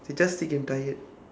just sick and tired